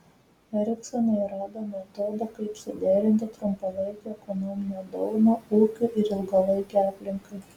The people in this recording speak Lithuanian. eriksonai rado metodą kaip suderinti trumpalaikę ekonominę naudą ūkiui ir ilgalaikę aplinkai